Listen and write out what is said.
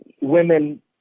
women